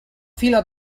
fila